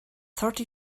thirty